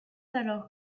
alors